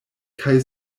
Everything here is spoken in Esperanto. kaj